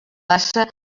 passa